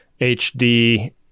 HD